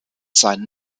seinen